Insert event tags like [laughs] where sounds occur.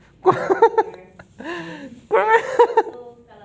[laughs] [breath] [laughs]